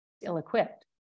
ill-equipped